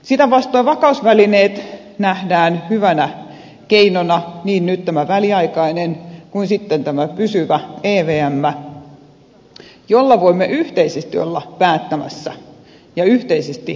sitä vastoin vakausvälineet nähdään hyvänä keinona niin nyt tämä väliaikainen kuin sitten pysyvä evm jolla voimme yhteisesti olla päättämässä ja yhteisesti pelisääntöjä luomassa